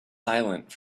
silent